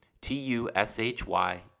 T-U-S-H-Y